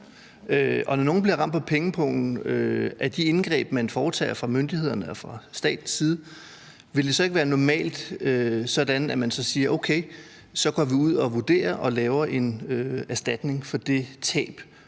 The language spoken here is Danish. når nogle bliver ramt på pengepungen af de indgreb, man foretager fra myndighedernes og fra statens side, vil det så ikke normalt være sådan, at man siger, at okay, så går vi ud og vurderer og giver en erstatning for det tab,